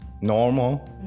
Normal